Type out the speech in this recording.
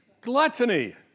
gluttony